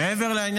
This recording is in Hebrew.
למה?